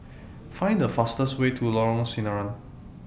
Find The fastest Way to Lorong Sinaran